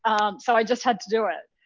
so i just had to do it.